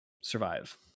survive